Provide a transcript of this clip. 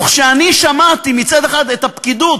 וכשאני שמעתי מצד אחד את הפקידות,